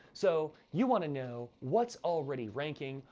so you wanna know what's already ranking,